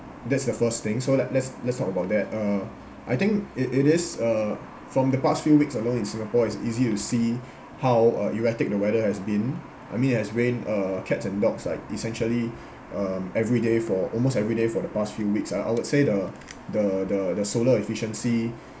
that's the first thing so like let's let's talk about that uh I think it it is uh from the past few weeks along in singapore is easy to see how uh erratic the weather has been I mean it has rain uh cats and dogs like essentially um everyday for almost everyday for the past few weeks uh I would say the the the the solar efficiency